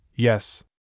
Yes